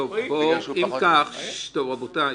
כן, הסעיף המהותי.